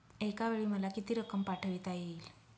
एकावेळी मला किती रक्कम पाठविता येईल?